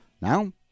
Now